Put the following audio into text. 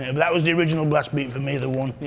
and that was the original blast beat for me, the one.